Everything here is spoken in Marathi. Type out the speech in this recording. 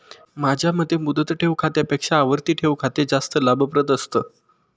माझ्या मते मुदत ठेव खात्यापेक्षा आवर्ती ठेव खाते जास्त लाभप्रद असतं